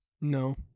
No